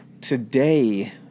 Today